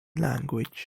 language